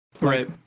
Right